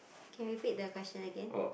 can repeat the question again